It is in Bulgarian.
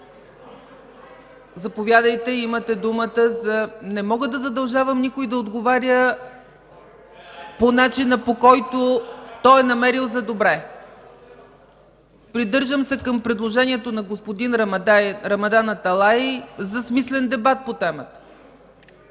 реплики от БСП ЛБ.) Не мога да задължавам никой да отговаря по начина, по който той е намерил за добре. Придържам се към предложението на господин Рамадан Аталай за смислен дебат по темата.